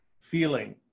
feeling